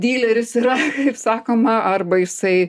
dyleris yra kaip sakoma arba jisai